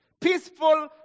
peaceful